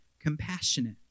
compassionate